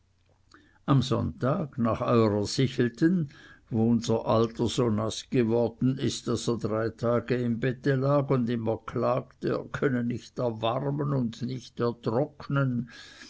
am sonntag nach eurer sichelten wo unser alter so naß geworden ist daß er drei tage im bette lag und immer klagte er könne nicht erwarmen und nicht ertrocknen